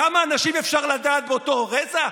כמה אנשים אפשר לדעת באותו רגע?